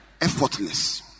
effortless